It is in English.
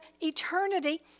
eternity